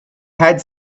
had